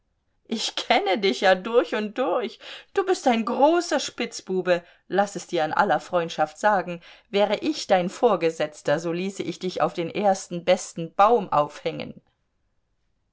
ich kenne dich ja durch und durch du bist ein großer spitzbube laß es dir in aller freundschaft sagen wäre ich dein vorgesetzter so ließe ich dich auf dem ersten besten baum aufhängen